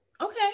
Okay